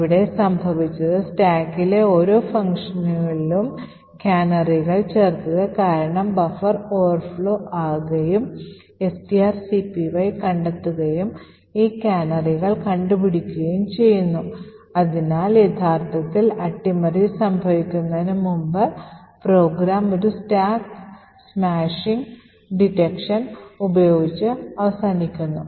ഇവിടെ സംഭവിച്ചത് സ്റ്റാക്കിലെ ഓരോ ഫംഗ്ഷനിലും കാനറികൾ ചേർത്തത് കാരണം ബഫർ ഓവർഫ്ലോ ആവുകയും strcpy കണ്ടെത്തുകയും ഈ കാനറികൾ കണ്ട് പിടിക്കുകയും ചെയ്യുന്നു അതിനാൽ യഥാർത്ഥത്തിൽ അട്ടിമറി സംഭവിക്കുന്നതിന് മുമ്പ് പ്രോഗ്രാം ഒരു സ്റ്റാക്ക് സ്മാഷിംഗ് ഡിറ്റക്ഷൻ ഉപയോഗിച്ച് അവസാനിക്കുന്നു